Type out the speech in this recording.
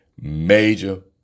major